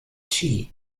chi